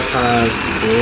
times